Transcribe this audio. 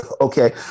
Okay